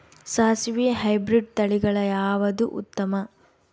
ಸಾಸಿವಿ ಹೈಬ್ರಿಡ್ ತಳಿಗಳ ಯಾವದು ಉತ್ತಮ?